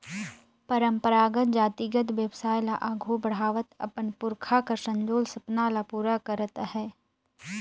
परंपरागत जातिगत बेवसाय ल आघु बढ़ावत अपन पुरखा कर संजोल सपना ल पूरा करत अहे